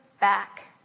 back